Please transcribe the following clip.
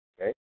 okay